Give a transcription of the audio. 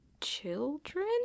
children